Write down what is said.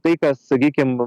tai ką sakykim